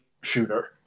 shooter